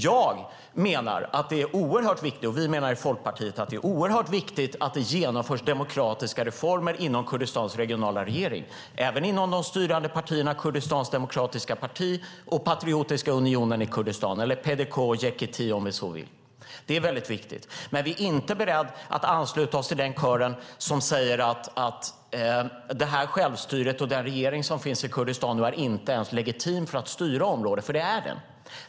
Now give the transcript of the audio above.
Jag och vi i Folkpartiet menar att det är oerhört viktigt att det genomförs demokratiska reformer inom Kurdistans regionala regering, även inom de styrande partierna Kurdistans demokratiska parti och Patriotiska unionen i Kurdistan eller PDK och Yekiti, om vi så vill. Det är väldigt viktigt. Vi är däremot inte beredda att ansluta oss till den kör som säger att det här självstyret och den regering som finns i Kurdistan inte är legitim när det gäller att styra området, för det är den.